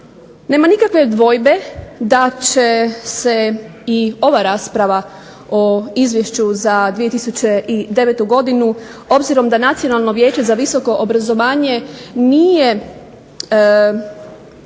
Nema nikakve dvojbe da će se i ova rasprava o Izvješću za 2009. godinu obzirom da Nacionalno vijeće za visoko obrazovanje nije